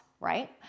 right